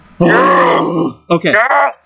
Okay